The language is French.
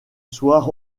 soir